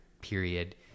period